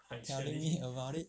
tell me about it